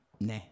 Nah